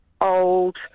old